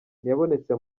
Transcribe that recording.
ntiyabonetse